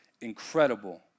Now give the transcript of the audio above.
incredible